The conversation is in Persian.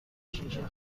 شیشه